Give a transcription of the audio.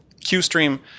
QStream